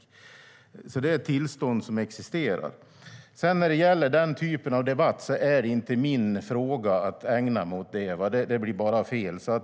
Det är alltså ett tillstånd som existerar. När det sedan gäller den typen av debatt är det inte min fråga att ägna mig åt. Det blir bara fel.